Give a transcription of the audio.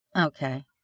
Okay